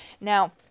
Now